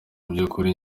by’ukuri